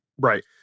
Right